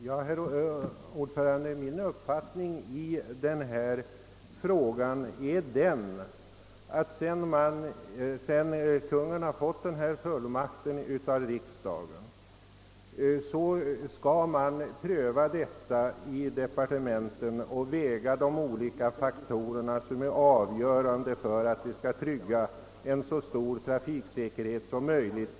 Herr talman! Jag förutsätter, att sedan Kungl. Maj:t har fått sin fullmakt av riksdagen skall frågan prövas i departementen och all möjlig hänsyn tas till de olika faktorer som är avgörande då det gäller att uppnå en så stor trafiksäkerhet som möjligt.